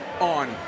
on